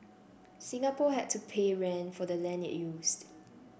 Singapore had to pay rent for the land it used